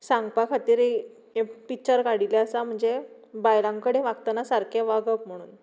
सांगपा खातीर एक पिच्चर काडिल्लें आसा म्हणजे बायलां कडेन वागतना सारकें वागप म्हणून